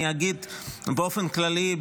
אני אגיד באופן כללי,